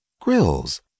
grills